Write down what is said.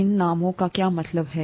इन नामों का क्या मतलब है